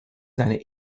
seine